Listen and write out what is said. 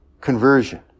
conversion